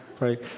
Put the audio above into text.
Right